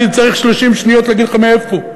אני צריך 30 שניות להגיד לך מאיפה,